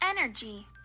energy